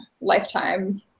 lifetime